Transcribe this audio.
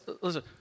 Listen